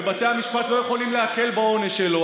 ובתי המשפט לא יכולים להקל בעונש שלו.